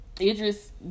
Idris